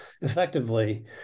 effectively